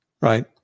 right